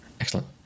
Excellent